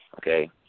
Okay